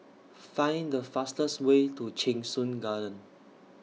Find The fastest Way to Cheng Soon Garden